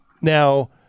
now